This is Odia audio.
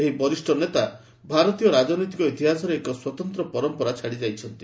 ଏହି ବରିଷ୍ଣ ନେତା ଭାରତୀୟ ରାଜନୈତିକ ଇତିହାସରେ ଏକ ଉନ୍ନତ ପରମ୍ପରା ଛାଡ଼ି ଯାଇଛନ୍ତି